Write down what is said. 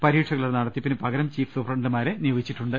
പരീക്ഷകളുടെ നടത്തിപ്പിന് പകരം ചീഫ് സൂപ്രണ്ടുമാരെ നിയോഗിചിട്ടുണ്ട്